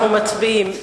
אנחנו מצביעים.